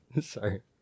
Sorry